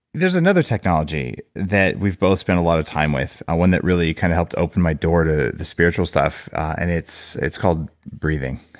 there's another technology that we've both spent a lot of time with, ah one that really kind of helped open my door to the spiritual stuff, and it's it's called breathing.